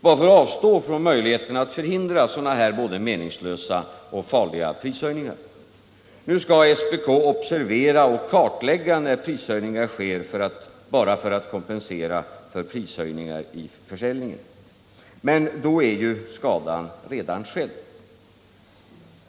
Varför avstå ifrån möjligheten att förhindra sådana här både meningslösa och farliga prishöjningar? Nu skall SPK observera och kartlägga när prishöjningar sker bara som kompensation för minskad försäljningsvolym. Men då är ju skadan redan skedd.